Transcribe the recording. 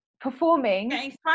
performing